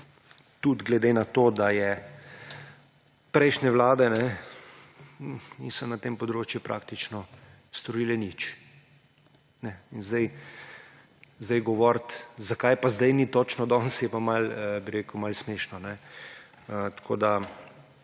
Tudi glede na to, da prejšnje vlade niso na tem področju praktično storile nič. Sedaj govoriti, zakaj pa sedaj ni, točno danes, je pa malo smešno. Res, da